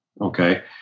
okay